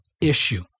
issue